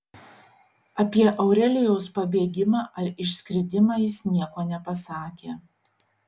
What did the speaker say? apie aurelijaus pabėgimą ar išskridimą jis nieko nepasakė